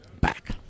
back